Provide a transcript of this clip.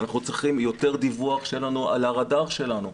אנחנו צריכים יותר דיווח שאין לנו על הרדאר שלנו.